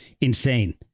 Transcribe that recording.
insane